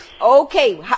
Okay